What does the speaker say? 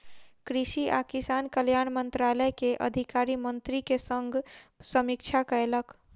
कृषि आ किसान कल्याण मंत्रालय के अधिकारी मंत्री के संग समीक्षा कयलक